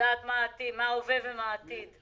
לדעת מה ההווה ומה העתיד,